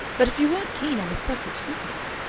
but if you weren't keen on the suffrage business,